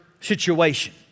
situation